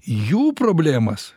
jų problemas